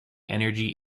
energy